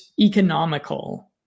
economical